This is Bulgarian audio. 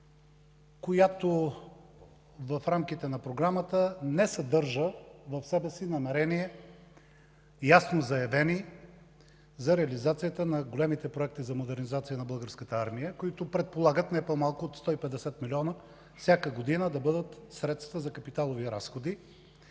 която в рамките на Програмата не съдържа в себе си ясно заявени намерения за реализацията на големите проекти за модернизация на Българската армия, които предполагат не по-малко от 150 милиона всяка година да бъдат средства за капиталови разходи